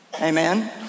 Amen